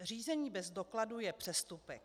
Řízení bez dokladu je přestupek.